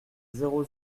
zéro